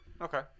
Okay